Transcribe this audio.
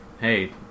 hey